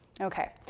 Okay